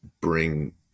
bring